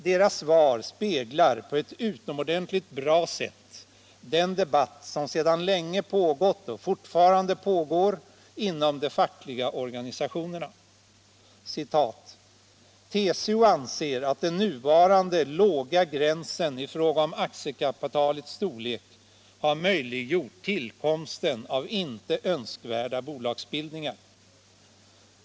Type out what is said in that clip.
Dess svar speglar på ett utomordentligt bra sätt den debatt som sedan länge pågått och fortfarande pågår inom de fackliga organisationerna: ”TCO anser att den nuvarande låga gränsen i fråga om aktiekapitalets storlek har möjliggjort tillkomsten av inte önskvärda bolagsbildningar.